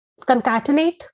concatenate